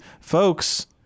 Folks